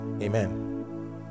amen